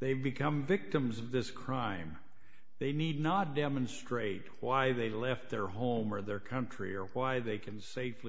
they become victims of this crime they need not demonstrate why they left their home or their country or why they can safely